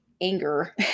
anger